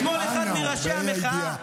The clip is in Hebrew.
אתמול אחד מראשי המחאה,